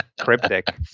cryptic